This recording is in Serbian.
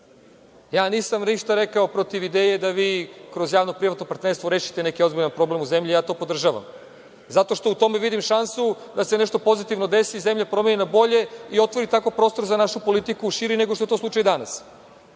ništa rekao protiv ideje da vi kroz javno-privatno partnerstvo rešite neki ozbiljan problem u zemlji. To podržavam. U tome vidim šansu da se nešto pozitivno desi i zemlja promeni na bolje i otvori tako širi prostor za našu politik, nego što je to slučaj danas. Vrlo